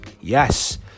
Yes